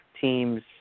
teams